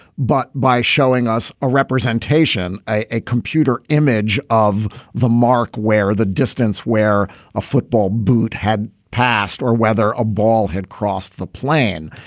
but by showing us a representation, a a computer image of the mark where the distance where a football boot had passed or whether a ball had crossed the plan.